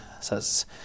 says